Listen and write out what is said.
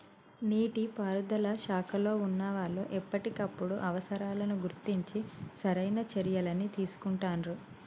నీటి పారుదల శాఖలో వున్నా వాళ్లు ఎప్పటికప్పుడు అవసరాలను గుర్తించి సరైన చర్యలని తీసుకుంటాండ్రు